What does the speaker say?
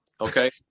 Okay